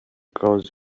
growth